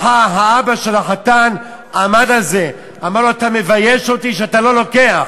והאבא של החתן עמד על זה ואמר לו: אתה מבייש אותי שאתה לא לוקח.